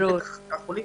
כלומר